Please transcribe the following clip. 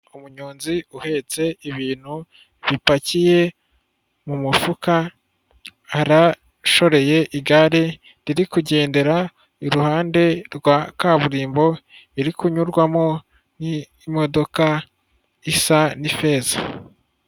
Umunyonzi uhetse ibintu bipakiye mu mufuka, arashoreye igare riri kugendera iruhande rwa kaburimbo, iri kunyurwamo n'imodoka isa n'ifeza.